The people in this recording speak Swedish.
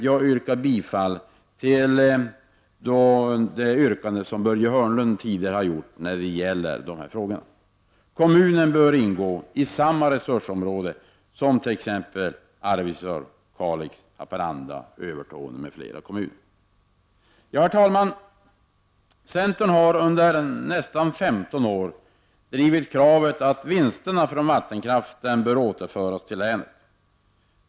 Jag yrkar bifall till det yrkande som Börje Hörnlund tidigare gjorde i dessa frågor. Kommunen bör ingå i samma resursområde som t.ex. Arvidsjaur, Kalix, Haparanda, Övertorneå m.fl. Herr talman! Centern har i nästan 15 år drivit kravet att vinsterna från vattenkraften skall återföras till länet.